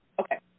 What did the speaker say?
Okay